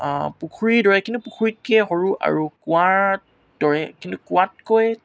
পুখুৰীৰ দৰে কিন্তু পুখুৰীতকৈ সৰু আৰু কুঁৱাৰ দৰে কিন্তু কুঁৱাতকৈ